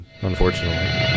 unfortunately